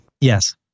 Yes